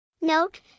Note